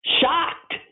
Shocked